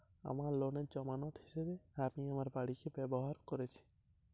আমার লোনের জামানত হিসেবে আমি আমার বাড়িকে ব্যবহার করেছি